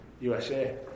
USA